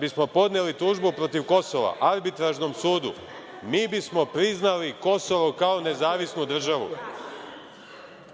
bismo podneli tužbu protiv Kosova Arbitražnom sudu, mi bismo priznali Kosovo kao nezavisnu državu.